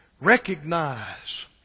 recognize